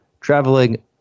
traveling